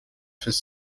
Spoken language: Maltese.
fis